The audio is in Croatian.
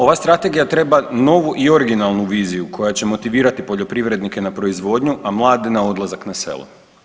Ova strategija treba novu i originalnu viziju koja će motivirati poljoprivrednike na proizvodnju, a mlade na odlazak na selo.